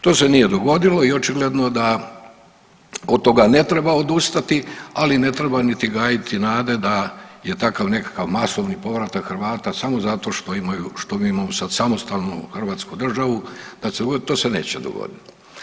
To se nije dogodilo i očigledno da od toga ne treba odustati, ali ne treba niti gajiti nade da je takav nekakav masovni povratak Hrvata samo zato što imaju, što mi imamo sad samostalnu hrvatsku državu, da će se dogoditi, to se neće dogoditi.